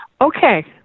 Okay